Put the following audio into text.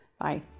Bye